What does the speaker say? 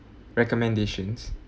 recommendations